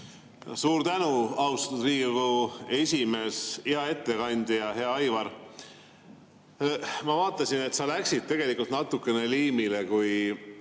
Suur tänu, austatud Riigikogu esimees! Hea ettekandja Aivar! Ma vaatasin, et sa läksid tegelikult natukene liimile, kui